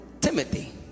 Timothy